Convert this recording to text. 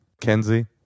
Kenzie